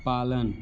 पालन